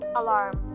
alarm